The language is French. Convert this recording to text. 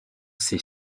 ses